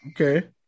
Okay